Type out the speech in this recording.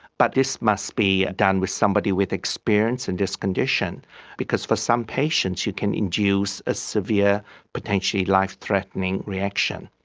but this must be done with somebody with experience in this condition because for some patients you can induce a severe potentially life-threatening reaction.